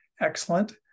excellent